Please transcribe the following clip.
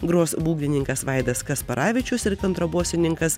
gros būgnininkas vaidas kasparavičius ir kontrabosininkas